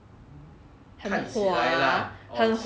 看起来 lah or 吃起来